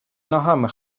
ногами